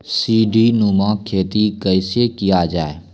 सीडीनुमा खेती कैसे किया जाय?